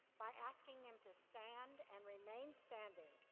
by asking them to stand and remain standing.